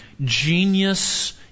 genius